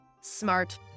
Smart